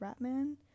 Ratman